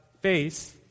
face